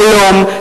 הלום,